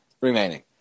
remaining